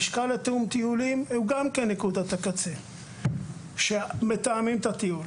הלשכה לתיאום טיולים היא גם נקודת הקצה כשמתאמים את הטיול.